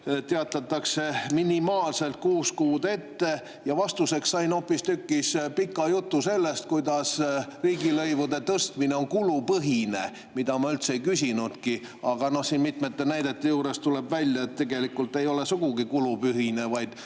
teatatakse minimaalselt kuus kuud ette. Ja vastuseks sain hoopistükkis pika jutu sellest, kuidas riigilõivude tõstmine on kulupõhine, ehkki seda ma üldse ei küsinudki. Aga siin mitmete näidete juures tuleb välja, et tegelikult ei ole see sugugi kulupõhine,